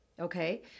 okay